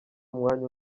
umwanya